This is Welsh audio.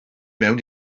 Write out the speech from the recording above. mewn